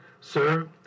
sir